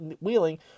Wheeling